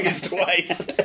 twice